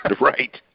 Right